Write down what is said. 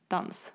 Dans